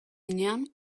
heinean